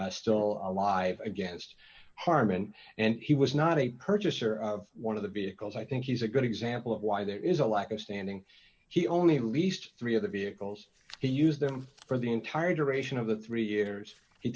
claims still alive against harmon and he was not a purchaser of one of the vehicles i think he's a good example of why there is a lack of standing he only least three of the vehicles he used them for the entire duration of the three years he